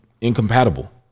incompatible